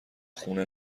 خونه